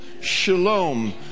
shalom